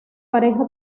pareja